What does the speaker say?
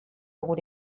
gure